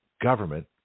government